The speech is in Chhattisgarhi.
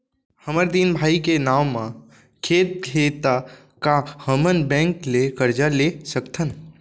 हमर तीन भाई के नाव म खेत हे त का हमन बैंक ले करजा ले सकथन?